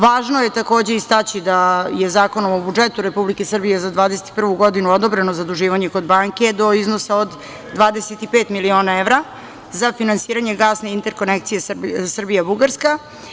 Važno je takođe istaći da je Zakonom o budžetu Republike Srbije za 2021. godine odobreno zaduživanje kod banke do iznosa od 25 miliona evra za finansiranje gasne interkonekcije Srbija-Bugarska.